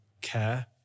care